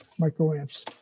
microamps